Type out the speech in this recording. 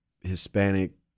Hispanic